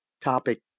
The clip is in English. topic